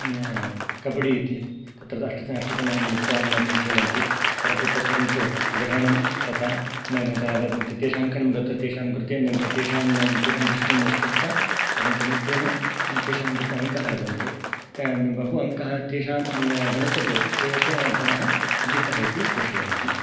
कब्बडी इति तत्र अष्ट जनाः मिलित्वा खेलन्ति प्रत्प्रसरन्तु ग्रहणं तथा तेषाङ्कणं गत्वा तेषाङ्कृते तेषां तेषां स्पृष्ट्वा अनन्तरं तेन तेषाङ्कृते अङ्काः लभन्ते बहु अङ्काः तेषां गणस्य भवति ते ते गणाः जितः इति घोषयन्ति